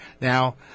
Now